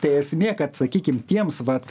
tai esmė kad sakykim tiems vat